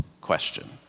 question